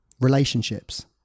relationships